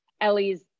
Ellie's